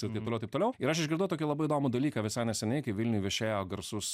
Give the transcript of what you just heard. ir taip toliau taip toliau ir aš išgirdau tokį labai įdomų dalyką visai neseniai kai vilniuj viešėjo garsus